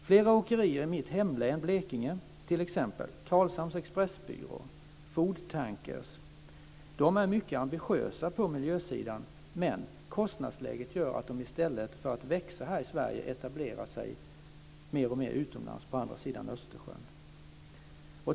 Flera åkerier i mitt hemlän Blekinge, t.ex. Karlshamns Expressbyrå och Foodtankers, är mycket ambitiösa på miljösidan, men kostnadsläget gör att de i stället för att växa här i Sverige etablerar sig mer och mer utomlands på andra sidan Östersjön.